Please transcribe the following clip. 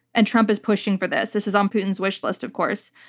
and trump is pushing for this. this is on putin's wishlist, of course.